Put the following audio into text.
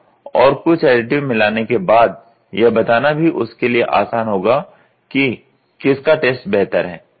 और कुछ एडिटिव मिलाने के बाद यह बताना भी उसके लिए आसान होगा कि किसका टेस्ट बेहतर है